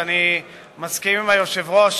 אני מסכים עם היושב-ראש,